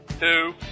Two